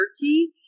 Turkey